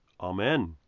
Amen